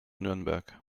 nürnberg